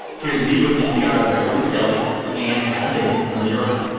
here's me with npr's mary louise kelly and adam davidson from the new yorker